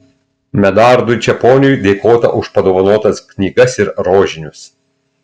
medardui čeponiui dėkota už padovanotas knygas ir rožinius